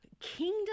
kingdom